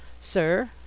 Sir